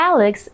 ，Alex